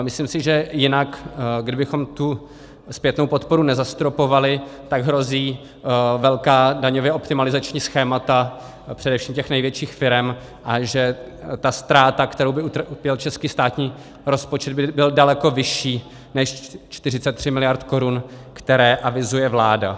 Myslím si, že jinak kdybychom tu zpětnou podporu nezastropovali, tak hrozí velká daňově optimalizační schémata především u těch největších firem, a že ztráta, kterou by utrpěl český státní rozpočet, by byla daleko vyšší než 43 miliard korun, které avizuje vláda.